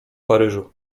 paryżu